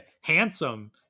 Handsome